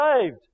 saved